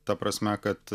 ta prasme kad